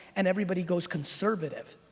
and everybody goes conservative.